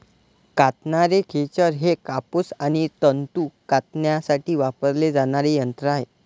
कातणारे खेचर हे कापूस आणि तंतू कातण्यासाठी वापरले जाणारे यंत्र आहे